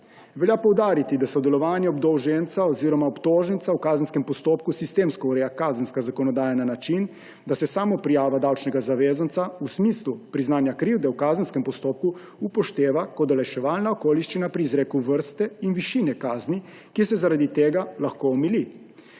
Velja poudariti, da sodelovanje obdolženca oziroma obtoženca v kazenskem postopku sistemsko ureja kazenska zakonodaja na način, da se samoprijava davčnega zavezanca v smislu priznanja krivde v kazenskem postopku upošteva kot olajševalna okoliščina pri izreku vrste in višine kazni, ki se zaradi tega lahko omili.